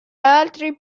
altri